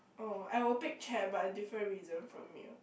oh I will pick chair but a different reason from you